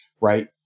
right